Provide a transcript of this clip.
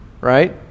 right